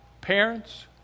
Parents